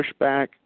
pushback